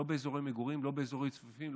לא באזורים צפופים,